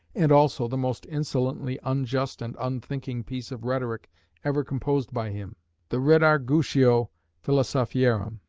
and also the most insolently unjust and unthinking piece of rhetoric ever composed by him the redargutio philosophiarum.